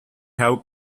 have